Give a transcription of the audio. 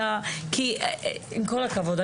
כי עם כל הכבוד,